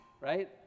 Right